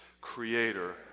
creator